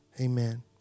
Amen